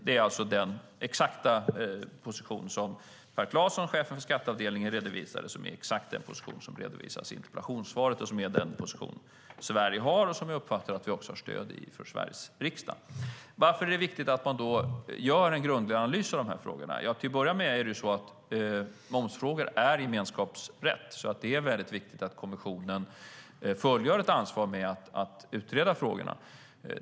Det är alltså den exakta position som Per Classon, chef för skatteavdelningen, redovisade som är exakt den position som redovisades i interpellationssvaret och som är den position som Sverige har och som vi uppfattar att vi har stöd för i Sveriges riksdag. Varför är det då viktigt att man gör en grundlig analys av de här frågorna? Till att börja med är momsfrågor gemenskapsrätt, så det är viktigt att kommissionen fullgör sitt ansvar att utreda frågorna.